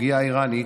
בסוגיה האיראנית,